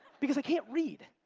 because i can't read.